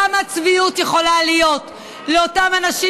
כמה צביעות יכולה להיות לאותם אנשים